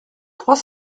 trois